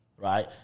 right